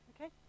Okay